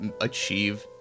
achieve